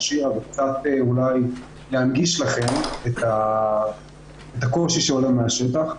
שירה וקצת להנגיש לכם את הקושי שעולה מן השטח.